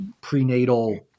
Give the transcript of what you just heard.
prenatal